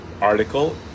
article